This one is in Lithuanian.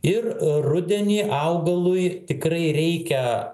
ir rudenį augalui tikrai reikia